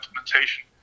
implementation